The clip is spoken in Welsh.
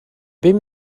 bum